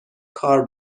کار